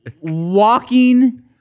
walking